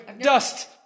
dust